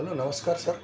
hello नमस्कार sir